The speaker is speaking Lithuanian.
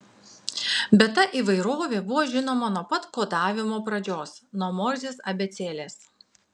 bet ta įvairovė buvo žinoma nuo pat kodavimo pradžios nuo morzės abėcėlės